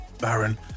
Baron